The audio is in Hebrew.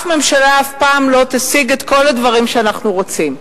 שום ממשלה אף פעם לא תשיג את כל הדברים שאנחנו רוצים,